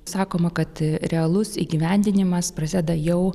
sakoma kad realus įgyvendinimas prasideda jau